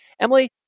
Emily